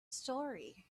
story